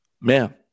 man